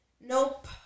Nope